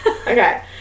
Okay